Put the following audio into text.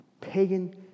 Pagan